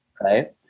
right